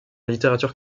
littérature